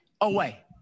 away